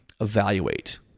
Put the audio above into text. evaluate